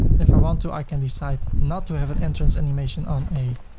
if i want to, i can decide not to have an entrance animation on a